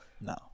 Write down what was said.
No